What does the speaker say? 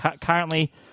currently